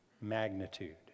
magnitude